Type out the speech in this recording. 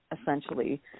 essentially